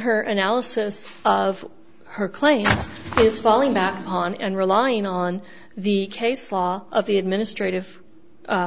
her analysis of her claim is falling back on and relying on the case law of the administrative